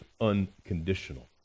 unconditional